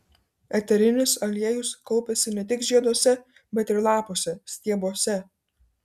eterinis aliejus kaupiasi ne tik žieduose bet ir lapuose stiebuose